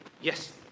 Yes